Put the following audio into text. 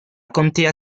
contea